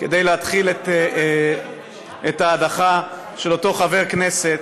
כדי להתחיל את ההדחה של אותו חבר כנסת